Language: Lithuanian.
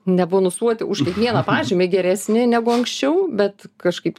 nebonusuoti už kiekvieną pažymį geresnį negu anksčiau bet kažkaip